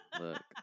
Look